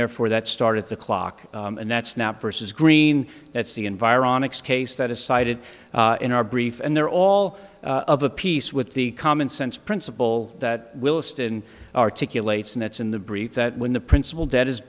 therefore that started the clock and that's not versus green that's the environment scase that is cited in our brief and they're all of a piece with the common sense principle that will stay and articulate and that's in the brief that when the principal debt is